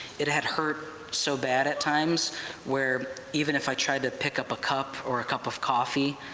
it had hurt so bad at times where even if i tried to pick up a cup or a cup of coffee,